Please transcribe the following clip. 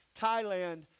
Thailand